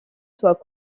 soit